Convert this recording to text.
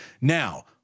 Now